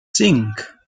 cinc